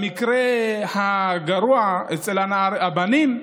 במקרה הגרוע, אצל הבנים,